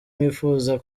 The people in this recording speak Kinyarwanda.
mwifuza